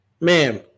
Ma'am